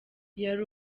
yari